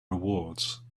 rewards